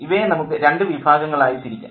ഇവയെ നമുക്ക് രണ്ട് വിഭാഗങ്ങളായി തിരിക്കാം